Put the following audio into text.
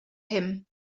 him